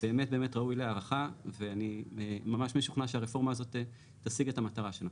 באמת ראוי להערכה ואני ממש משוכנע שהרפורמה הזאת תשיג את המטרה שלה.